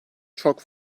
çok